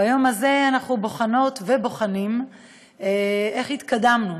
ביום הזה אנחנו בוחנות ובוחנים איך התקדמנו,